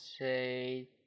say